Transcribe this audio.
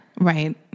Right